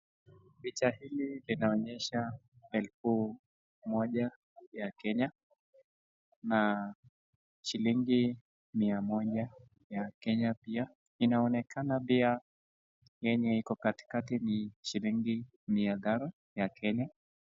Picha hili linaonyesha elfu moja ya Kenya na shilingi mia moja ya Kenya pia, inaonekana pia yenye iko katikati ni shilingi mia tano ya Kenya.